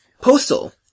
Postal